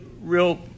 Real